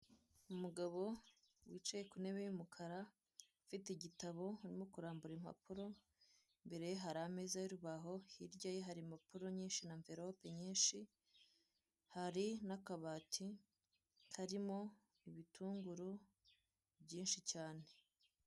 Umugabo wicaye ku ntebe y'umukara ufite igitabo urimo kurambura impapuro imbere ye hari ameza y'urubaho hirya ye hari impapuro nyinshi na amvirope nyinshi hari n'akabati karimo ibitunguru by'inshi cyane.